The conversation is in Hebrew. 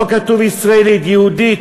לא כתוב ישראלית, יהודית.